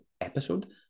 episode